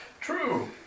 True